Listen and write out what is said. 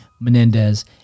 Menendez